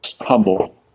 humble